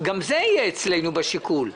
חשוב שגם זה יהיה חלק מן השיקול שלנו.